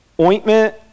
ointment